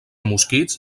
mosquits